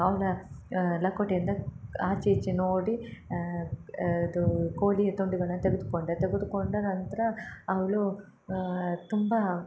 ಅವಳ ಲಕೋಟೆಯಿಂದ ಆಚೆ ಈಚೆ ನೋಡಿ ಅದು ಕೋಳಿಯ ತುಂಡುಗಳನ್ನ ತೆಗೆದುಕೊಂಡೆ ತೆಗೆದುಕೊಂಡ ನಂತರ ಅವಳು ತುಂಬ